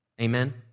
Amen